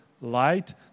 Light